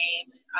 games